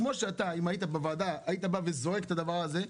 כפי שאם אתה היית בוועדה היית זועק על הדבר הזה,